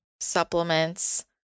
supplements